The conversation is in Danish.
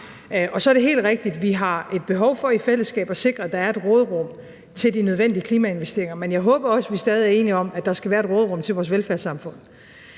Og så er det helt rigtigt, at vi har behov for i fællesskab at sikre, at der er et råderum til de nødvendige klimainvesteringer, men jeg håber også, at vi stadig er enige om, at der skal være et råderum til vores velfærdssamfund.